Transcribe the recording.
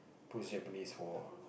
post Japanese war